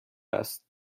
است